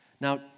Now